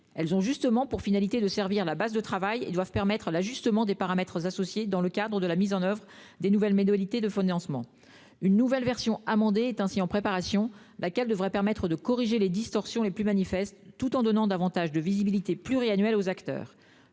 Elles ont justement pour finalité de servir de base de travail et doivent permettre l'ajustement des paramètres associés dans le cadre de la mise en oeuvre des nouvelles modalités de financement. Une nouvelle version amendée est ainsi en préparation, laquelle devrait permettre de corriger les distorsions les plus manifestes tout en donnant davantage de visibilité pluriannuelle aux acteurs.